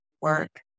work